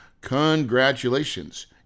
congratulations